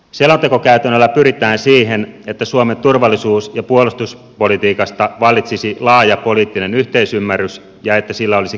selontekokäytännöllä pyritään siihen että suomen turvallisuus ja puolustuspolitiikasta vallitsisi laaja poliittinen yhteisymmärrys ja että sillä olisi kansalaisten tuki